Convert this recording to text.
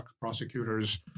prosecutors